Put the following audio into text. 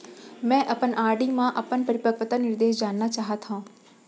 मै अपन आर.डी मा अपन परिपक्वता निर्देश जानना चाहात हव